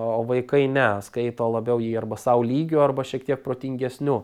o vaikai ne skaito labiau jį arba sau lygiu arba šiek tiek protingesniu